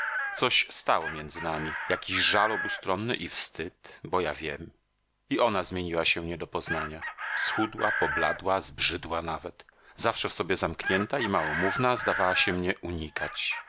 coś stało między nami jakiś żal obustronny i wstyd bo ja wiem i ona zmieniła się nie do poznania schudła pobladła zbrzydła nawet zawsze w sobie zamknięta i małomówna zdawała się mnie unikać